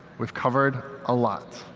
we've covered a lot.